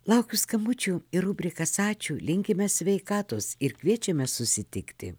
laukiu skambučių į rubrikas ačiū linkime sveikatos ir kviečiame susitikti